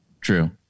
True